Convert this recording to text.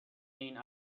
این